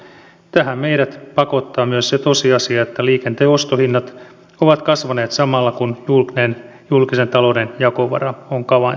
tähän meidät pakottaa myös se tosiasia että liikenteen ostohinnat ovat kasvaneet samalla kun julkisen talouden jakovara on kaventunut